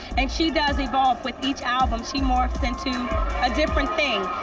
and she does evolve with each album. she morphs into a different thing.